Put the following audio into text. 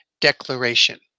Declaration